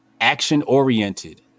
action-oriented